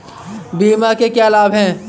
बीमा के क्या लाभ हैं?